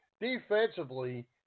defensively